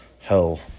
hell